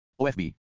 OFB